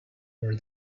where